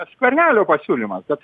skvernelio pasiūlymas bet